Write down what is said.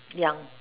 young